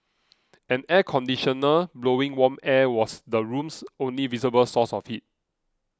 an air conditioner blowing warm air was the room's only visible source of heat